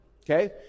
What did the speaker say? Okay